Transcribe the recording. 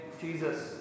Jesus